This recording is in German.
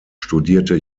studierte